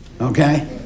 okay